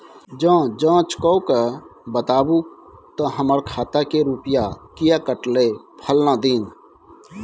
ज जॉंच कअ के बताबू त हमर खाता से रुपिया किये कटले फलना दिन?